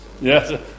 Yes